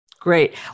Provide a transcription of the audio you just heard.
Great